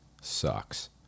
sucks